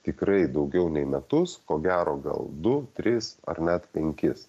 tikrai daugiau nei metus ko gero gal du tris ar net penkis